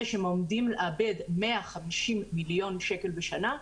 שהם עומדים לאבד 150 מיליון שקל בשנה,